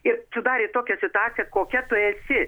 ir sudarė tokią situaciją kokia tu esi